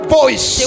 voice